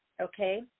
Okay